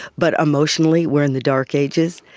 but emotionally we're in the dark ages.